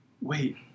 wait